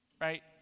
right